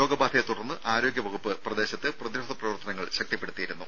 രോഗബാധയെ തുടർന്ന് ആരോഗ്യ വകുപ്പ് പ്രദേശത്ത് പ്രതിരോധ പ്രവർത്തനങ്ങൾ ശക്തിപ്പെടുത്തിയിരുന്നു